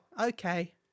Okay